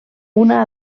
una